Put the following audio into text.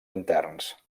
interns